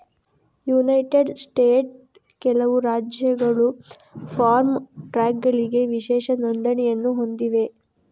United ಸ್ಟೇಟ್ಸ್ನ ಕೆಲವು ರಾಜ್ಯಗಳು ಫಾರ್ಮ್ ಟ್ರಕ್ಗಳಿಗೆ ವಿಶೇಷ ನೋಂದಣಿಯನ್ನು ಹೊಂದಿವೆ